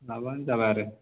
लाबानो जाबाय आरो